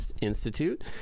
Institute